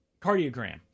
cardiogram